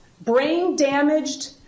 brain-damaged